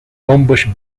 homebush